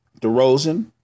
DeRozan